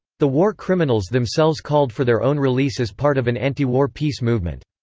the war criminals themselves called for their own release as part of an anti-war peace movement.